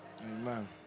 Amen